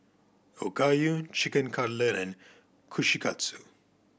Okayu Chicken Cutlet and Kushikatsu